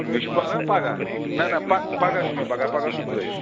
مےٚ چھُ بکار پَگاہ نہ نہ پہ پگاہ چھُ مےٚ بکار پگاہ صُبحٲے